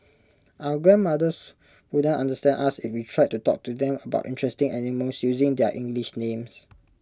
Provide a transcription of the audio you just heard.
our grandmothers wouldn't understand us if we tried to talk to them about interesting animals using their English names